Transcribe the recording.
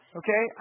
okay